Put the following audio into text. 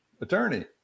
attorney